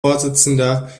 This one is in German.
vorsitzender